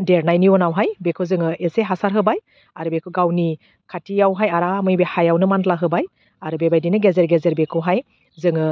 देरनायनि उनावहाय बेखौ जोङो एसे हासार होबाय आरो बेखौ गावनि खाथियावहाय आरामै बै हायावनो मानला होबाय आरो बेबायदिनो गेजेर गेजेर बेखौहाय जोङो